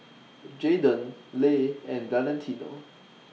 Jaydan Le and Valentino